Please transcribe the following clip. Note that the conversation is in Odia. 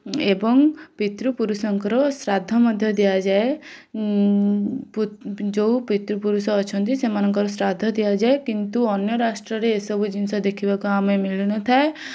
ଏବଂ ପିତୃପୁରୁଷଙ୍କର ଶ୍ରାଦ୍ଧ ମଧ୍ୟ ଦିଆଯାଏ ଯୋଉ ପିତୃପୁରୁଷ ଅଛନ୍ତି ସେମାନଙ୍କର ଶ୍ରାଦ୍ଧ ଦିଆଯାଏ କିନ୍ତୁ ଅନ୍ୟ ରାଷ୍ଟ୍ରରେ ଏସବୁ ଜିନିଷ ଦେଖିବାକୁ ଆମେ ମିଳିନଥାଏ